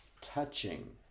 touching